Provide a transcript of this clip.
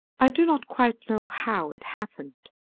i do not quite know how it happened,